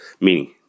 meaning